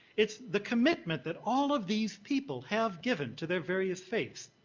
it's the commitment that all of these people have given to their various faiths.